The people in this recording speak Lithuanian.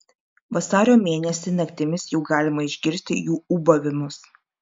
vasario mėnesį naktimis jau galima išgirsti jų ūbavimus